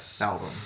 album